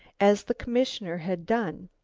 as the commissioner had done.